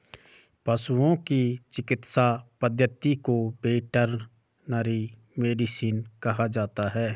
पशुओं की चिकित्सा पद्धति को वेटरनरी मेडिसिन कहा जाता है